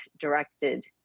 directed